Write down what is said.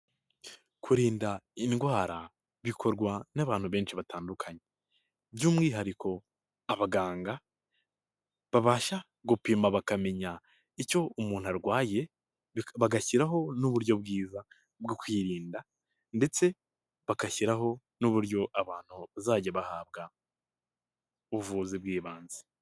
Kurinda indwara bikorwa n'abantu benshi batandukanye by'umwihariko abaganga babasha gupima bakamenya icyo umuntu arwaye bagashyiraho n'uburyo bwiza bwo kwirinda ndetse bagashyiraho n'uburyo abantu bazajya bahabwa ubuvuzi bw'ibanze.